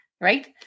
right